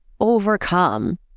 overcome